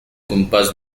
compás